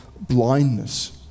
blindness